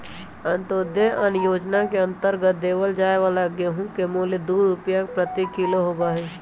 अंत्योदय अन्न योजना के अंतर्गत देवल जाये वाला गेहूं के मूल्य दु रुपीया प्रति किलो होबा हई